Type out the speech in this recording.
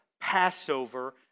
Passover